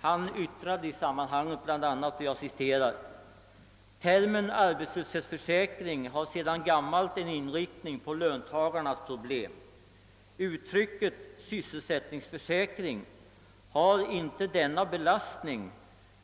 Han yttrade i sammanhanget bl.a.: Termen arbetslöshetsförsäkring har sedan gammalt en inriktning på löntagarnas problem. Uttrycket sysselsättningsförsäkring har inte denna belastning